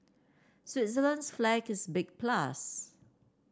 Switzerland's flag is big plus